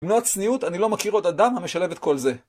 אם לא הצניעות, אני לא מכיר עוד אדם המשלב את כל זה.